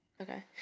Okay